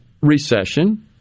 recession